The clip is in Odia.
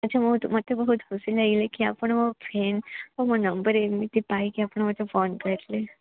ଆଚ୍ଛା ବହୁତ ମୋତେ ବହୁତ ଖୁସି ଲାଗିଲା କି ଆପଣ ମୋ ଫ୍ରେଣ୍ଡ୍ ଆଉ ମୋ ନମ୍ବର୍ ଏମିତି ପାଇକି ଆପଣ ମୋତେ ଫୋନ୍ କରିଲେ